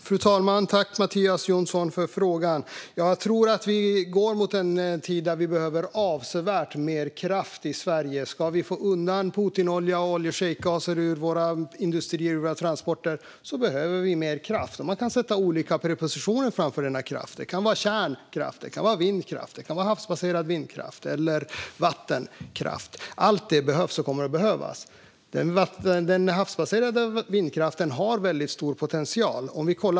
Fru talman! Tack, Mattias Jonsson, för frågan! Jag tror att vi går mot en tid då vi behöver avsevärt mer kraft i Sverige. Om vi ska få undan Putinolja och oljeschejkgaser ur våra industrier och transporter behöver vi mer kraft. Man kan sätta olika förled framför den kraften; det kan vara kärnkraft, vindkraft, havsbaserad vindkraft eller vattenkraft. Allt det behövs och kommer att behövas. Den havsbaserade vindkraften har väldigt stor potential.